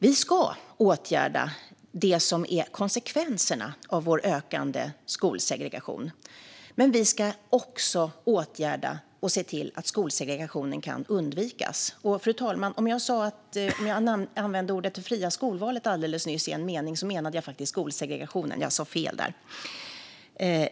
Vi ska åtgärda konsekvenserna av vår ökande skolsegregation, men vi ska också se till att skolsegregationen kan undvikas.